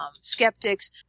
skeptics